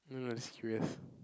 don't know I just curious